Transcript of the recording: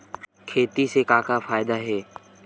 खेती से का का फ़ायदा हे?